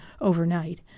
overnight